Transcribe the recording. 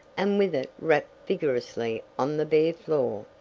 and with it rapped vigorously on the bare floor.